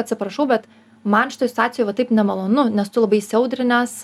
atsiprašau bet man šitoj situacijoj va taip nemalonu nes tu labai įsiaudrinęs